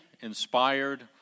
inspired